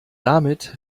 damit